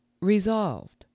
Resolved